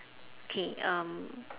okay um